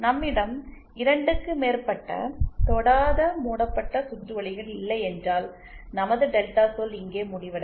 நம்மிடம் 2 க்கும் மேற்பட்ட தொடாத மூடப்பட்ட சுற்றுவழிகள் இல்லை என்றால் நமது டெல்டா சொல் இங்கே முடிவடையும்